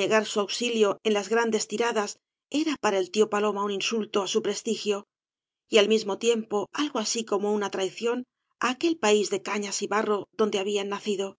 negar su auxilio en las grandes tiradas era para el tío paloma un insulto á sa prestigio y al mismo tiempo algo así como una traición á aquel país de cañas y barro donde habían nacido el